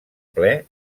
ple